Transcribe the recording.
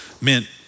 meant